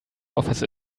office